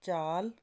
ਚਾਲ